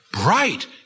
bright